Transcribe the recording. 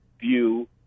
view